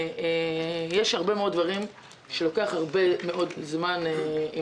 אבל יש הרבה מאוד דברים שלוקחים הרבה מאוד זמן אם